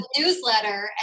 newsletter